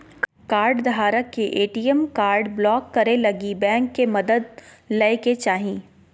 कार्डधारक के ATM card block करे लगी बैंक के मदद लय के चाही